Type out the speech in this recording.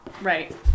Right